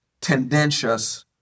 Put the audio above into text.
tendentious